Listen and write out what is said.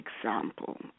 example